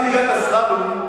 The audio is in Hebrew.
הסלאלום,